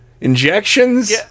injections